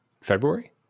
February